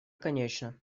конечно